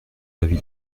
l’avis